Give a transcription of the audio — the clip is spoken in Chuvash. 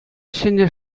ҫӗнӗ